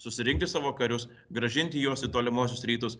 susirinkti savo karius grąžinti juos į tolimuosius rytus